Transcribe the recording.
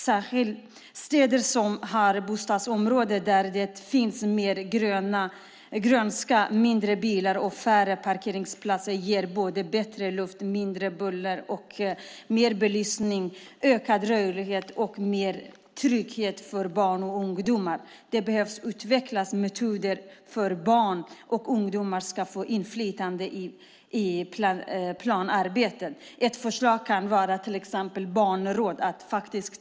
Städer som har bostadsområden där det finns mer grönska, mindre bilar och färre parkeringsplatser ger bättre luft, mindre buller, en ökad rörlighet och mer trygghet för barn och unga. Det behöver utvecklas metoder för att barn och ungdomar ska få inflytande i planarbetet. Ett förslag kan vara barnråd.